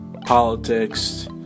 politics